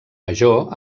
major